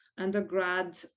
undergrad